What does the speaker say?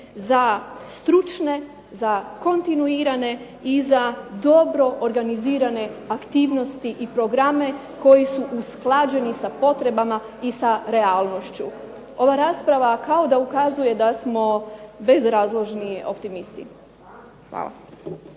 za stručne, za kontinuirane i za dobro organizirane aktivnosti i programe koji su usklađeni s potrebama i s realnošću. Ova rasprava kao da ukazuje da smo bezrazložni optimisti. Hvala.